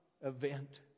event